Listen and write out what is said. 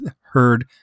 heard